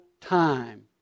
time